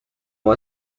ont